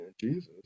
jesus